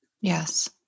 Yes